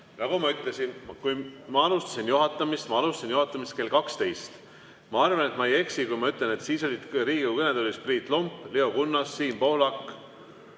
nagu ma ütlesin, kui ma alustasin juhatamist, alustasin ma juhatamist kell 12. Ma arvan, et ma ei eksi, kui ma ütlen, et siis olid Riigikogu kõnetoolis Priit Lomp, Leo Kunnas, Siim Pohlak,